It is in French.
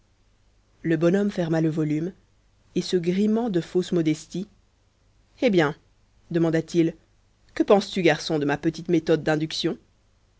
le bonhomme ferma le volume et se grimant de fausse modestie eh bien demanda-t-il que penses-tu garçon de ma petite méthode d'induction